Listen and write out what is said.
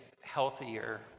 healthier